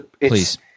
please